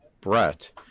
Brett